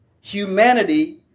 humanity